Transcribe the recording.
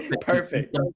perfect